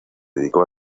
dedicó